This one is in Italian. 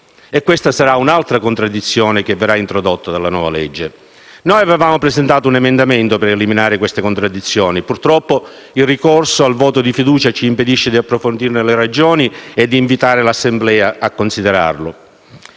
Questa sarà un'altra contraddizione che verrà introdotta dalla nuova legge. Avevamo presentato un emendamento per eliminare queste contraddizioni. Purtroppo il ricorso al voto di fiducia ci impedisce di approfondirne le ragioni e di invitare l'Assemblea a considerarle.